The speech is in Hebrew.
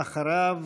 ואחריו,